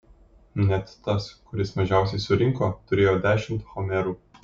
net tas kuris mažiausiai surinko turėjo dešimt homerų